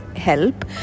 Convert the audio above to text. help